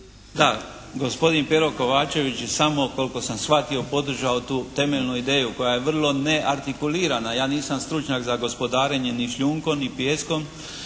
Da. Gospodin Pero Kovačević je samo koliko sam shvatio podržao tu temeljnu ideju koja je vrlo neartikulirana. Ja nisam stručnjak za gospodarenje ni šljunkom ni pijeskom.